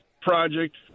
project